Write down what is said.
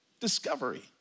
discovery